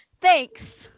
Thanks